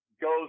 goes